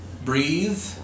breathe